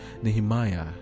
Nehemiah